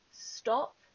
stop